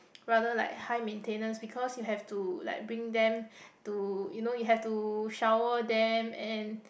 rather like high maintenance because you have to like bring them to you know you have to shower them and